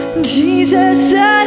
Jesus